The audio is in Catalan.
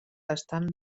estan